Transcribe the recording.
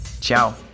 ciao